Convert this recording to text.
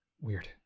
Weird